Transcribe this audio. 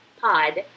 pod